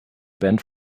band